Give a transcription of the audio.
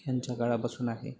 ह्यांच्या काळापासून आहे